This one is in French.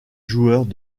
joueurs